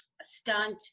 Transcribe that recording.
stunt